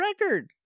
record